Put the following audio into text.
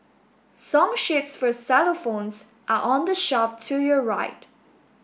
song sheets for xylophones are on the shelf to your right